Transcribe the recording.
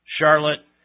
Charlotte